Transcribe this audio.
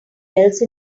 else